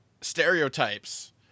stereotypes